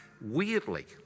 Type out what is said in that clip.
weirdly